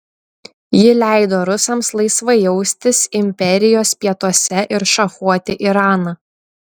ji leido rusams laisvai jaustis imperijos pietuose ir šachuoti iraną